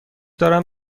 دارم